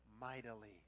mightily